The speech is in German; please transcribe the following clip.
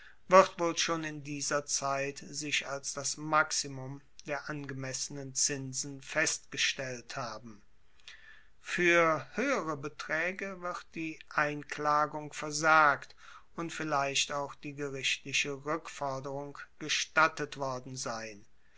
wird wohl schon in dieser zeit sich als das maximum der angemessenen zinsen festgestellt haben fuer hoehere betraege wird die einklagung versagt und vielleicht auch die gerichtliche rueckforderung gestattet worden sein